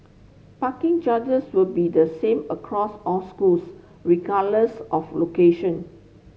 parking charges will be the same across all schools regardless of location